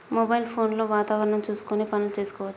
Mobile phone లో వాతావరణం చూసుకొని పనులు చేసుకోవచ్చా?